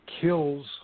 kills